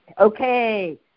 okay